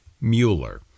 Mueller